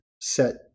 set